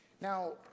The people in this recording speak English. Now